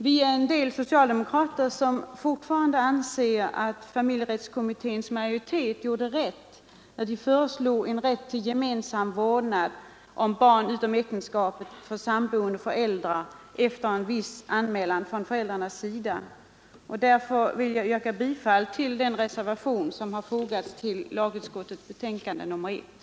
Vi är en del socialdemokrater som fortfarande anser att familjerättskommitténs majoritet handlade riktigt när den föreslog en rätt till gemensam vårdnad om barn utom äktenskapet för samboende föräldrar efter viss anmälan från föräldrarnas sida. Därför vill jag yrka bifall till den reservation som är fogad till lagutskottets betänkande nr 1.